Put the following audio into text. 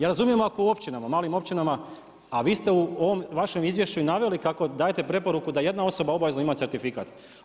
Ja razumijem ako u općinama, malim općinama a vi ste u ovom vašem izvješću i naveli kako dajete preporuku da jedna osoba obavezno ima certifikat.